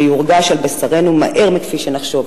שיורגש על בשרנו מהר מכפי שנחשוב.